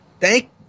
Thank